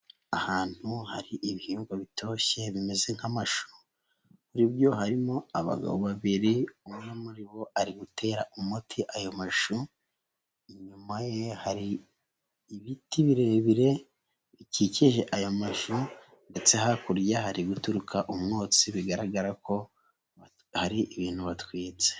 Ahantu hari ibihingwa bitoshye, bimeze nk'amashu, muri byo harimo abagabo babiri, umwe muri bo ari gutera umuti ayo mashusho, inyuma ye hari ibiti birebire, bikikije aya mazu ndetse hakurya hari guturika umwotsi bigaragara ko hari ibintu batwitse.